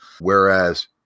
Whereas